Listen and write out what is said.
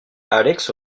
alex